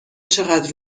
چقدر